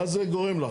מה זה גורם לך?